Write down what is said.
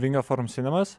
vingio forum sinemas